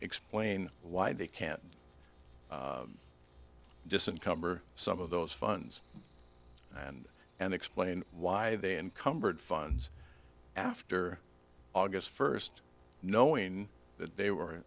explain why they can't come or some of those funds and and explain why they encumbered funds after august first knowing that they were